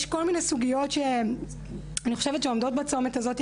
יש כל מיני סוגיות שעומדות בצומת הזה,